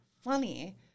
funny